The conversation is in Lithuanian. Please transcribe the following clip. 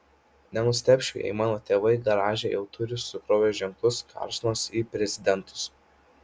nenustebčiau jei mano tėvai garaže jau turi sukrovę ženklus karlsonas į prezidentus